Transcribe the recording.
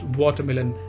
watermelon